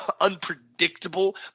unpredictable